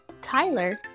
Tyler